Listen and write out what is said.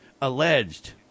alleged